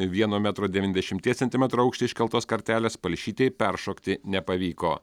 vieno metro devyniasdešimties centimetrų aukštį iškeltos kartelės palšytei peršokti nepavyko